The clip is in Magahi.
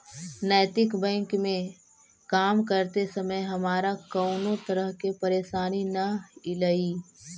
नैतिक बैंक में काम करते समय हमारा कउनो तरह के परेशानी न ईलई